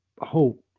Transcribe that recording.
hope